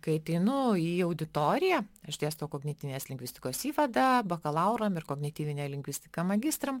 kai ateinu į auditoriją aš dėstau kognityvinės lingvistikos įvadą bakalauram ir kognityvinę lingvistiką magistram